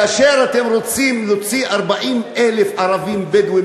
כאשר אתם רוצים להוציא 40,000 ערבים בדואים